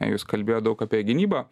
jūs kalbėjot daug apie gynybą